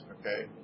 okay